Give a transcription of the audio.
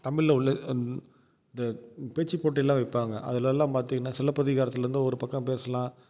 தமிழில் உள்ள இந்த பேச்சு போட்டிலாம் வைப்பாங்க அதிலல்லாம் பார்த்தீங்கன்னா சிலப்பதிகாரத்திலேருந்து ஒரு பக்கம் பேசலாம்